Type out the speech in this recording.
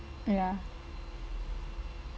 ya